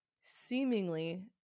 seemingly